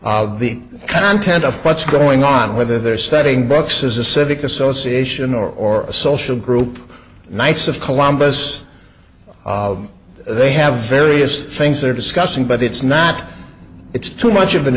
of the content of what's going on whether they're studying books as a civic association or a social group knights of columbus they have various things they're discussing but it's not it's too much of an